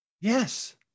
Yes